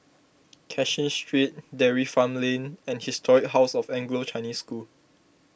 Cashin Street Dairy Farm Lane and Historic House of Anglo Chinese School